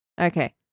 Okay